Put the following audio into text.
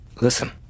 Listen